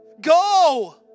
Go